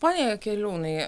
pone jakeliūnai